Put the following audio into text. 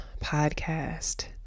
podcast